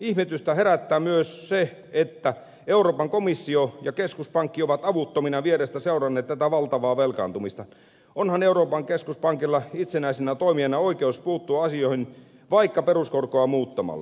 ihmetystä herättää myös se että euroopan komissio ja keskuspankki ovat avuttomina vierestä seuranneet tätä valtavaa velkaantumista onhan euroopan keskuspankilla itsenäisenä toimijana oikeus puuttua asioihin vaikka peruskorkoa muuttamalla